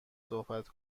صحبت